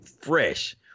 fresh